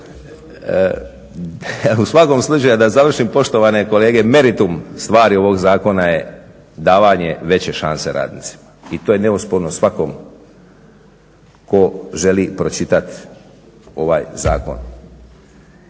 U svakom slučaju da završim poštovane kolege. Meritum stvari ovog zakona je davanje veće šanse radnicima i to je neosporno svakom ko želi pročitat ovaj zakon.